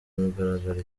mugaragaro